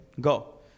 go